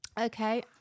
Okay